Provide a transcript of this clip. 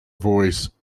voice